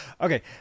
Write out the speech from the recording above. Okay